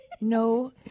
no